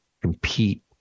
compete